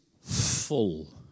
full